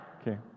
Okay